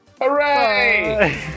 Hooray